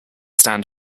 stand